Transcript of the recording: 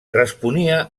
responia